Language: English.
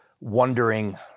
wondering